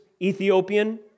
Ethiopian